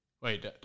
Wait